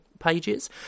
Pages